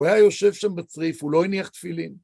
הוא היה יושב שם בצריף, הוא לא הניח תפילין.